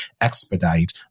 expedite